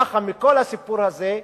ככה, מכל הסיפור הזה,